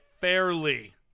fairly